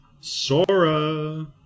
Sora